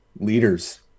leaders